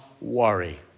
worry